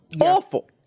Awful